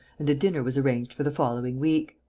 and a dinner was arranged for the following week.